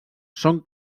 són